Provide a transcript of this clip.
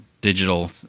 digital